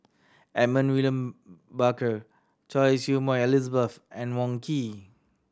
Edmund William Barker Choy Su Moi Elizabeth and Wong Keen